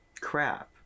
Crap